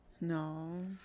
No